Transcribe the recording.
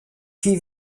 qui